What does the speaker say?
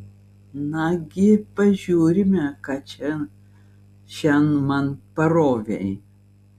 nagi pažiūrime ką čia šian man parovei